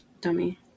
Dummy